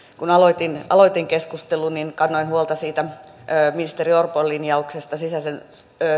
kun aloitin aloitin keskustelun niin kannoin huolta siitä ministeri orpon linjauksesta sisäisen